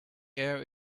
air